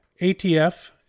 ATF